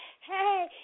hey